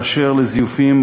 באשר לזיופים,